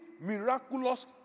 miraculous